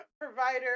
provider